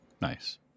Nice